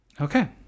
Okay